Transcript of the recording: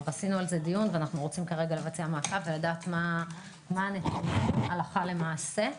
עשינו על זה דיון ואנו רוצים לדעת איפה זה עומד הלכה למעשה,